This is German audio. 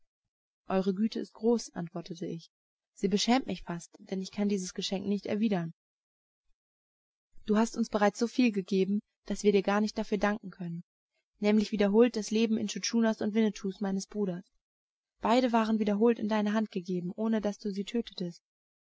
eure güte ist groß antwortete ich sie beschämt mich fast denn ich kann dieses geschenk nicht erwidern du hast uns bereits soviel gegeben daß wir dir gar nicht dafür danken können nämlich wiederholt das leben intschu tschunas und winnetous meines bruders beide waren wiederholt in deine hand gegeben ohne daß du sie tötetest